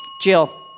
Jill